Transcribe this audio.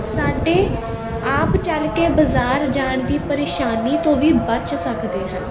ਸਾਡੇ ਆਪ ਚੱਲ ਕੇ ਬਾਜ਼ਾਰ ਜਾਣ ਦੀ ਪਰੇਸ਼ਾਨੀ ਤੋਂ ਵੀ ਬਚ ਸਕਦੇ ਹਨ